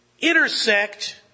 intersect